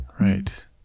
right